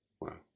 Wow